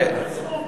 תגיש הצעת חוק.